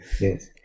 yes